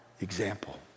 example